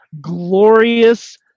glorious